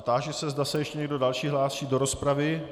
Táži se, zda se ještě někdo další hlásí do rozpravy.